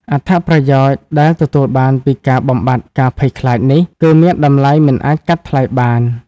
អត្ថប្រយោជន៍ដែលទទួលបានពីការបំបាត់ការភ័យខ្លាចនេះ គឺមានតម្លៃមិនអាចកាត់ថ្លៃបាន។